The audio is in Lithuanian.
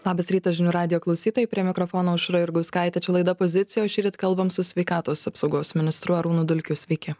labas rytas žinių radijo klausytojai prie mikrofono aušra jurgauskaitė čia laida pozicija o šįryt kalbam su sveikatos apsaugos ministru arūnu dulkiu sveiki